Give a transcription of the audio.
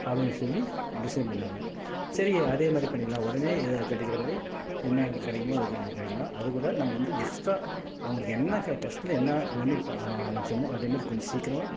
அப்படின்னு சொல்லி டிசைட் பண்ணிணாங்க சரி அதே மாதிரி பண்ணிடலாம் உடனே எதாது கிடைக்கிற மாதிரி என்ன கிடைக்குமோ அது கிடைக்கலாம் அதுக்கூட நம்ம வந்து எக்ஸ்ட்ராக அவங்களுக்கு என்ன க ஃபஸ்ட்ல என்ன மெனு வச்சோமோ அதே மாதிரி கொஞ்சம் சீக்கிரமா